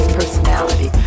personality